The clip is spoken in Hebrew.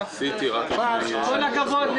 כל הכבוד.